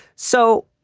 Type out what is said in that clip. so.